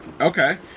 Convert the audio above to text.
Okay